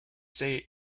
say